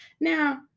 Now